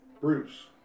Bruce